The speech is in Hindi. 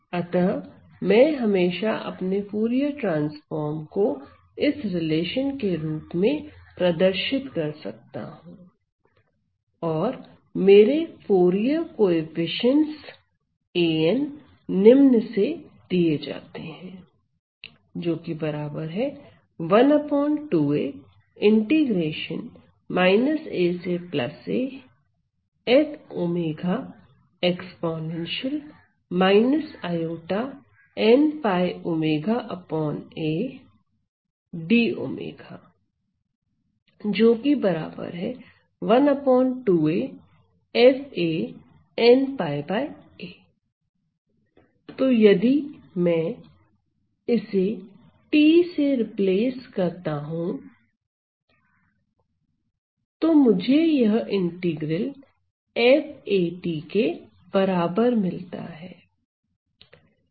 अतः मैं हमेशा अपने फूरिये ट्रांसफार्म को इस रिलेशन के रूप में प्रदर्शित कर सकता हूं और मेरे फूरिये कोएफसीएन्ट्स an निम्न से दिए जाते हैं तो यदि में इसे t रिप्लेस करता हूं तो मुझे यह इंटीग्रल fa के बराबर मिलता है